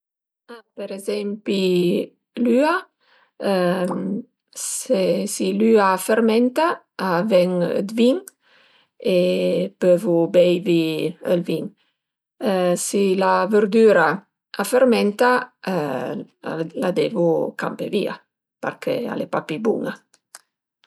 Për ezempi l'üa, si l'üa a fermenta a ven 'd vin e pövu beive ël vin, si la verdüra a fermenta la devu campé via perché al e papì bun-a